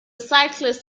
cyclist